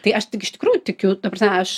tai aš tik iš tikrųjų tikiu ta prasme aš